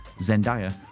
Zendaya